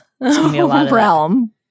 realm